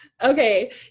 Okay